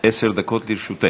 עשר דקות לרשותך.